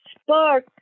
spark